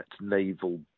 naval